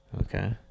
Okay